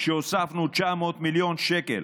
כשהוספנו 900 מיליון שקל